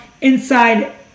inside